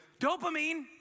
dopamine